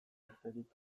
tarterik